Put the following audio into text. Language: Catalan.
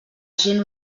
gent